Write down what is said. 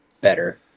better